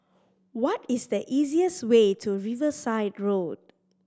what is the easiest way to Riverside Road